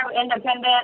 independent